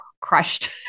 crushed